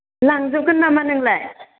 लांजोबगोन नामा नोंलाय